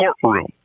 courtroom